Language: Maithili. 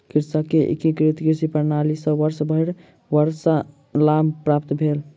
कृषक के एकीकृत कृषि प्रणाली सॅ वर्षभरि वर्ष लाभ प्राप्त भेल